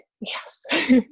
Yes